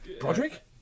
Broderick